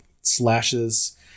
slashes